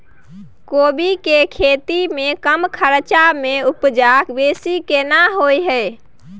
कोबी के खेती में कम खर्च में उपजा बेसी केना होय है?